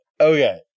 okay